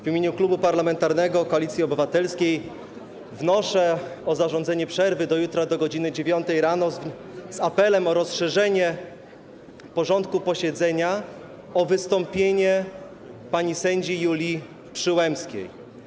W imieniu Klubu Parlamentarnego Koalicja Obywatelska wnoszę o zarządzenie przerwy do jutra do godz. 9 rano, z apelem o rozszerzenie porządku posiedzenia o wystąpienie pani sędzi Julii Przyłębskiej.